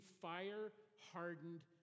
fire-hardened